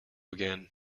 again